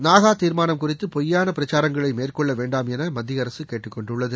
நாகா தீர்மானம் குறித்து பொய்யான பரப்புரைகளை மேற்கொள்ள வேண்டாம் என மத்திய அரசு கேட்டுக்கொண்டுள்ளது